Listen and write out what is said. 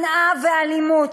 שנאה ואלימות.